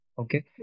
Okay